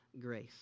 grace